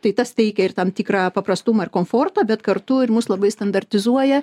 tai tas teikia ir tam tikra paprastumą ir komfortą bet kartu ir mus labai standartizuoja